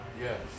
Yes